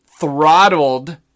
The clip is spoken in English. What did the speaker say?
throttled